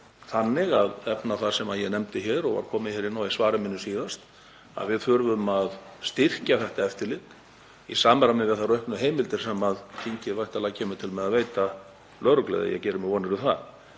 þannig að efna það sem ég nefndi hér og var komið inn á í svari mínu síðast, að við þurfum að styrkja þetta eftirlit í samræmi við þær auknu heimildir sem þingið kemur væntanlega til með að veita lögreglu, eða ég geri mér vonir um það.